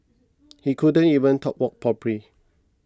he couldn't even talk walk properly